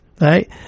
Right